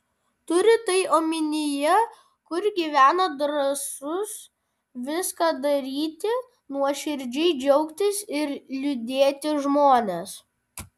turi tai omenyje kur gyvena drąsūs viską daryti nuoširdžiai džiaugtis ir liūdėti žmonės